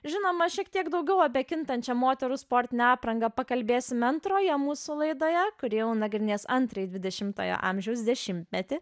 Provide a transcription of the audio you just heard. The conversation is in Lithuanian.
žinoma šiek tiek daugiau apie kintančią moterų sportinę aprangą pakalbėsime antroje mūsų laidoje kuri jau nagrinės antrąjį dvidešimtojo amžiaus dešimtmetį